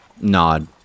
nod